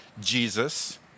Jesus